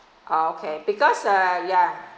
okay because uh ya